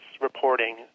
reporting